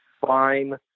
fine